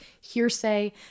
hearsay